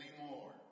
anymore